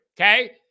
okay